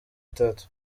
itatu